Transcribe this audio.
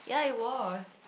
ya it was